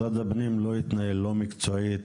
לא התנהל מקצועית